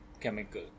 chemical